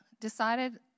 decided